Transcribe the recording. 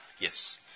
Yes